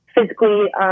physically